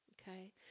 okay